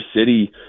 city